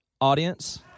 audience